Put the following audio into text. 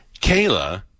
Kayla